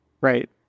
right